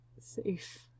safe